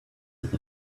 with